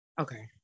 okay